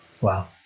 wow